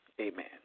Amen